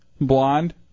blonde